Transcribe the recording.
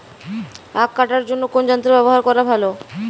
আঁখ কাটার জন্য কোন যন্ত্র ব্যাবহার করা ভালো?